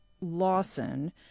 Lawson